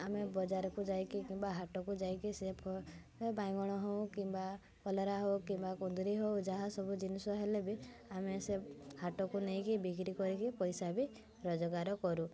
ଆମେ ବଜାରକୁ ଯାଇକି କିମ୍ବା ହାଟକୁ ଯାଇକି ସେ ବାଇଗଣ ହଉ କିମ୍ବା କଲରା ହଉ କିମ୍ବା କୁନ୍ଦୁରି ହଉ ଯାହାସବୁ ଜିନିଷ ହେଲେ ବି ଆମେ ସେ ହାଟକୁ ନେଇକି ବିକ୍ରି କରିକି ପଇସା ବି ରୋଜଗାର କରୁ